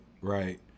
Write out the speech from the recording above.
right